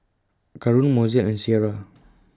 Karon Mozell and Sierra